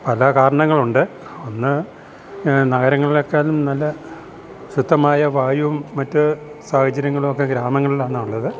പല കാരണങ്ങളുണ്ട് ഒന്ന് നഗരങ്ങളിലേക്കാലും നല്ല ശുദ്ദമായ വായു മറ്റ് സാഹചര്യങ്ങളും ഒക്കെ ഗ്രാമങ്ങളിലാണ് ഉള്ളത്